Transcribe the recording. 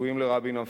הגעגועים לרבין המפקד,